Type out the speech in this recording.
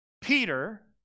Peter